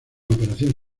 operación